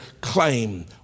claim